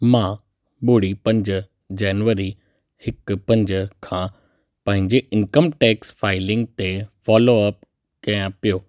मां ॿुड़ी पंज जनवरी हिक पंज खां पंहिंजे इनकम टैक्स फ़ाईलिंग ते फ़ॉलॉअप कयां पियो